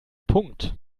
punkt